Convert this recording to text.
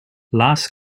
las